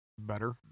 Better